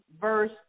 verse